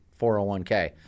401k